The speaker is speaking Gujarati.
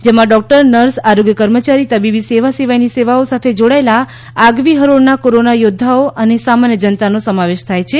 જેમાં ડોકટર નર્સ આરોગ્ય કર્મચારી તબીબી સેવા સિવાયની સેવાઓ સાથે જોડાયેલા આગવી હરોળના કોરોના યોધ્ધા અને સામાન્ય જનતાનો સમાવેશ થાય છે